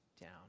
down